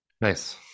nice